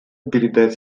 передать